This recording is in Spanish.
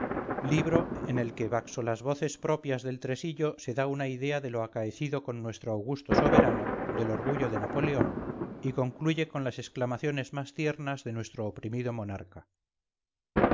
libro en el que baxo las voces propias del tresillo se da una idea de lo acaecido con nuestro augusto soberano del orgullo de napoleón y concluye con las exclamaciones más tiernas de nuestro oprimido monarca